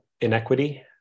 inequity